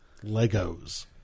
Legos